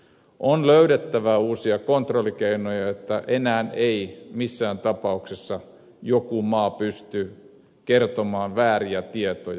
on löydettävä uusia kontrollikeinoja että enää ei missään tapauksessa joku maa pysty kertomaan vääriä tietoja